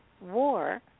war